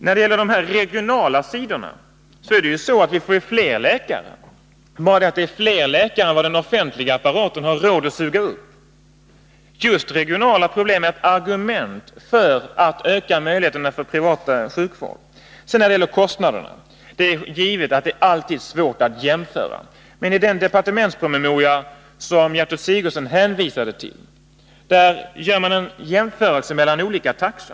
När det gäller de regionala synpunkterna vill jag säga att vi får allt fler läkare, fler än vad den offentliga apparaten har råd att suga upp. De regionala problemen är ett argument för att man skall öka möjligheterna till privat sjukvård. Beträffande kostnaderna är det givetvis alltid svårt att göra jämförelser, men jag vill peka på att man i den departementspromemoria som Gertrud Sigurdsen hänvisade till gör en jämförelse mellan de olika taxorna.